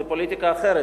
זו פוליטיקה אחרת,